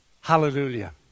Hallelujah